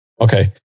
Okay